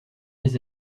lès